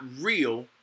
real